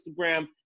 Instagram